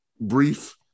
brief